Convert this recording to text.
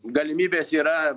galimybės yra